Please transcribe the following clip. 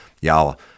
Y'all